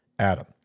Adam